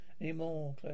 anymore